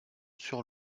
sur